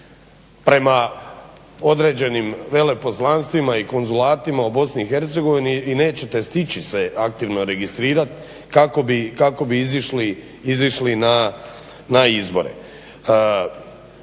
prema određenim veleposlanstvima i konzulatima u BiH i nećete stići se aktivno registrirat kako bi izišli na izbore.